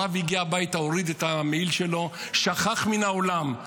הרב הגיע הביתה, הוריד את המעיל שלו, שכח מהעולם.